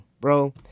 Bro